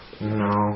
No